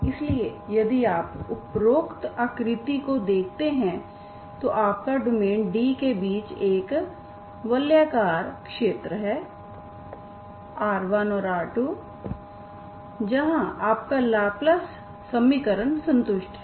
इसलिए यदि आप उपरोक्त आकृति को देखते हैं तो आपका डोमेन D के बीच एक वलयाकार क्षेत्र है r1 और r2 जहाँ आपका लाप्लास समीकरण संतुष्ट है